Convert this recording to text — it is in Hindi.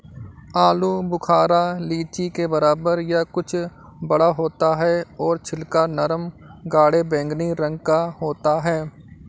आलू बुखारा लीची के बराबर या कुछ बड़ा होता है और छिलका नरम गाढ़े बैंगनी रंग का होता है